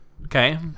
Okay